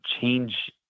change